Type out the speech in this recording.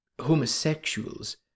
Homosexuals